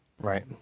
Right